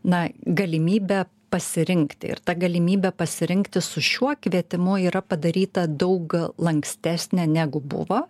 na galimybė pasirinkti ir ta galimybė pasirinkti su šiuo kvietimu yra padaryta daug lankstesnė negu buvo